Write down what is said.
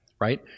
right